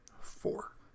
four